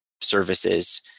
services